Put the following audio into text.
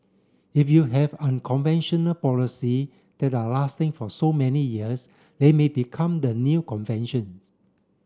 if you have unconventional policy that are lasting for so many years they may become the new conventions